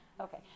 Okay